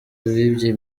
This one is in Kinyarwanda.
bibye